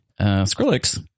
Skrillex